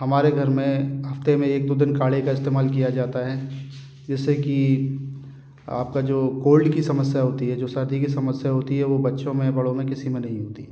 हमारे घर में हफ़्ते में एक दो दिन काड़े का इस्तेमाल किया जाता है जिससे कि आप की जो कोल्ड की समस्या होती है जो सर्दी की समस्या होती है वो बच्चों में बड़ों मे किसी में नहीं होती